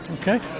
Okay